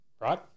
right